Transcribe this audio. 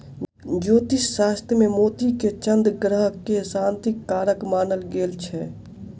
ज्योतिष शास्त्र मे मोती के चन्द्र ग्रह के शांतिक कारक मानल गेल छै